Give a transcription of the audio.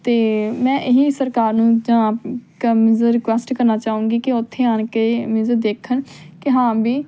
ਅਤੇ ਮੈਂ ਇਹ ਹੀ ਸਰਕਾਰ ਨੂੰ ਜਾਂ ਕਮਜ਼ ਰਿਕੁਐਸਟ ਕਰਨਾ ਚਾਹੂੰਗੀ ਕਿ ਉੱਥੇ ਆਣ ਕੇ ਮੀਨਸ ਦੇਖਣ ਕਿ ਹਾਂ ਵੀ